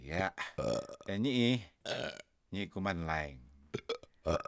Yaah enyiih nyikuman laeng